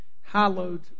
hallowed